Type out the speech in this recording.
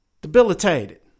debilitated